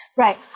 Right